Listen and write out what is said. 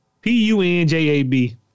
P-U-N-J-A-B